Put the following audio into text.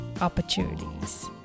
opportunities